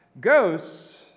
Ghosts